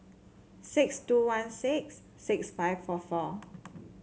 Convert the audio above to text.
six two one six six five four four